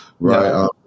Right